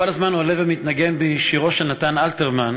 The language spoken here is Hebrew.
כל הזמן עולה ומתנגן בי שירו של נתן אלתרמן,